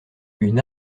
une